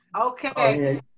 Okay